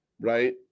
Right